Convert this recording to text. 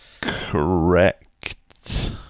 Correct